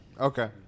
Okay